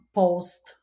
post